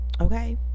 Okay